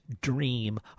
dream